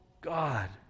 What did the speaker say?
God